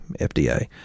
FDA